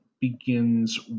begins